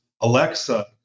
Alexa